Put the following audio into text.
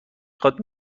خواد